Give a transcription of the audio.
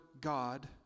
God